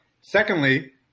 Secondly